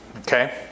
Okay